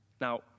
Now